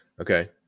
Okay